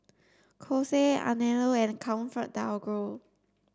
Kose Anello and ComfortDelGro